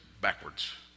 backwards